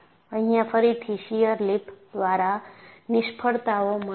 અહીંયા ફરીથી shear lip દ્વારા નિષ્ફળતાઓ મળે છે